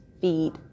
feed